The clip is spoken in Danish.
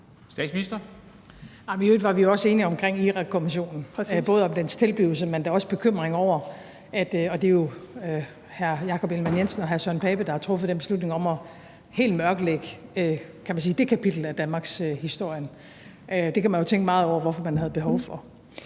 I øvrigt var vi jo også enige om Irakkommissionen, både om dens tilblivelse, men da også om bekymringen over mørklægningen – og det er jo hr. Jakob Ellemann-Jensen og hr. Søren Pape Poulsen, der har truffet den beslutning om helt at mørklægge det kapitel af danmarkshistorien. Det kan man jo tænke meget over hvorfor man havde behov for.